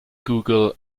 google